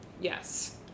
Yes